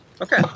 Okay